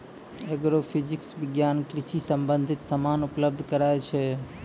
agrophysics विज्ञान कृषि संबंधित समान उपलब्ध कराय छै